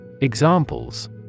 Examples